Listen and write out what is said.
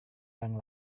orang